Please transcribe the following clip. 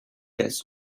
does